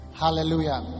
Hallelujah